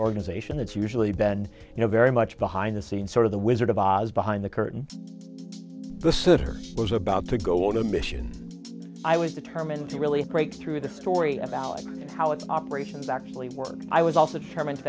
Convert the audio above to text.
organization that's usually been you know very much behind the scenes sort of the wizard of oz behind the curtain the senator was about to go on a mission i was determined to really break through the story about how its operations actually work i was also